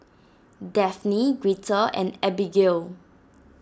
Dafne Greta and Abigail